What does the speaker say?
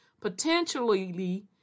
potentially